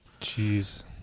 Jeez